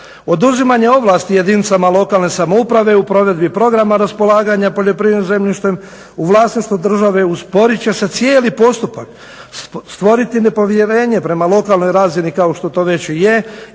Oduzimanje ovlasti jedinicama lokalne samouprave u programi programa raspolaganja poljoprivrednim zemljištem u vlasništvu države usporit će se cijeli postupak, stvoriti nepovjerenje prema lokalnoj razini kao što to već i je